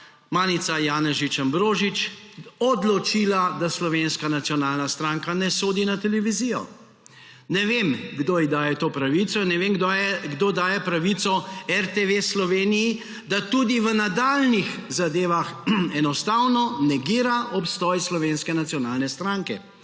Manica Janežič Ambrožič odločila, da Slovenska nacionalna stranka ne sodi na televizijo. Ne vem, kdo ji daje to pravico, in ne vem, kdo daje pravico RTV Slovenija, da tudi v nadaljnjih zadevah enostavno negira obstoj Slovenske nacionalne stranke.